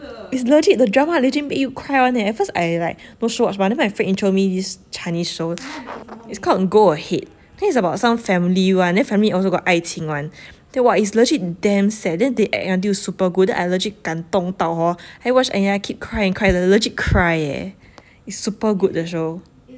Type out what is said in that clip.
it's legit the drama legit make you cry [one] eh at first I like no show watch mah then my friend intro me this chinese show it's called go ahead it's about some family [one] then family also got 爱情 [one] then !wah! it's legit damn sad then they act until super good then I legit 感动到 hor watch I keep cry and cry like legit cry eh it's super good the show